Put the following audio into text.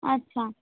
अच्छा